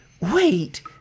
Wait